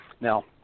Now